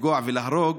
לפגוע ולהרוג,